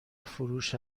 فروش